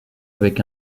avec